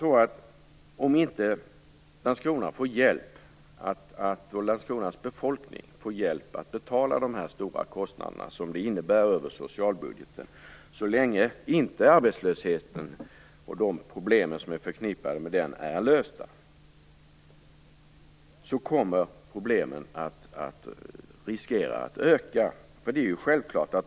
Om Landskrona inte får hjälp med att betala de stora kostnader som detta innebär på socialbudgeten, så länge arbetslösheten och de problem som är förknippade med den inte är lösta, riskerar problemen att öka.